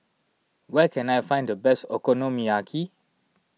where can I find the best Okonomiyaki